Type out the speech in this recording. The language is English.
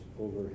over